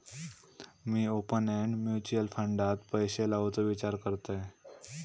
मी open end mutual फंडात पैशे लावुचो विचार करतंय